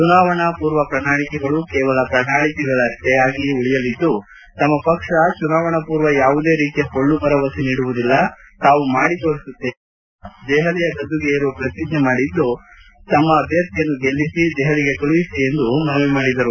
ಚುನಾವಣಾ ಮೂರ್ವ ಪ್ರಣಾಳಿಕೆಗಳು ಕೇವಲ ಪ್ರಣಾಳಿಕೆಯಷ್ಟೆ ಆಗಿ ಉಳಿಯಲಿದ್ದು ತಮ್ಮ ಪಕ್ಷ ಚುನಾವಣಾ ಪೂರ್ವ ಯಾವುದೇ ರೀತಿಯ ಪೊಳ್ಳು ಭರವಸೆ ನೀಡುವುದಿಲ್ಲ ತಾವು ಮಾಡಿ ತೋರಿಸುತ್ತೇವೆ ಈ ಬಾರಿ ದೆಪಲಿಯ ಗದ್ದುಗೆ ಏರುವ ಪ್ರತಿಜ್ಞೆ ಮಾಡಿದ್ದು ತಮ್ಮ ಅಭ್ಯರ್ಥಿಯನ್ನು ಗೆಲ್ಲಿಸಿ ದೆಹಲಿಗೆ ಕಳುಹಿಸಿ ಎಂದು ಮನವಿ ಮಾಡಿದರು